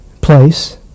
place